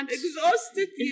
exhausted